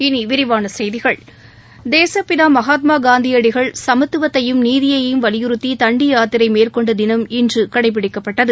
இனி விரிவான செய்திகள் தேசப்பிதா மகாத்மா காந்தியடிகள் சமத்துவத்தையும் நீதியையும் வலியுறுத்தி தண்டி யாத்திரை மேற்கொண்ட தினம் இன்று கடைபிடிக்கப்பட்டது